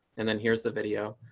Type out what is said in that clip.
and then here's the video.